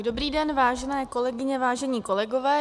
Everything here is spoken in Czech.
Dobrý den, vážené kolegyně, vážení kolegové.